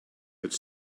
could